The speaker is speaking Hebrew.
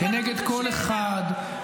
כנגד כל אחד,